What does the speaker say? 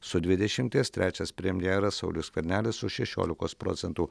su dvidešimties trečias premjeras saulius skvernelis su šešiolikos procentų